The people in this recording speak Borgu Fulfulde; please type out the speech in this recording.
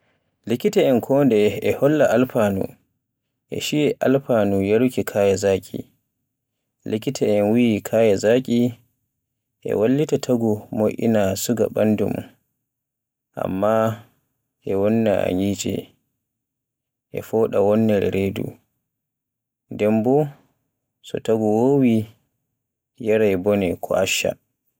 Litita'en e kondeye e holla alfanu e shiya alfanu yaruuki kaya zaƙi. Likitaen wiyi kaya zaƙi e wallita taagu moina suga ɓandu mun, amma e wonna nyicce, e foɗa wonnere redu, nden bo so taagu wowi yaari bone ko ashsha.